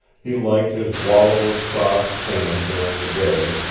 he liked his wallow of soft sand during the day,